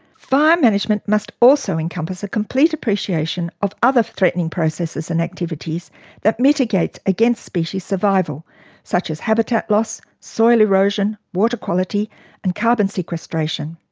fire management must also encompass a complete appreciation of the other threatening processes and activities that mitigate against species survival such as habitat loss, soil erosion, water quality and carbon sequestration.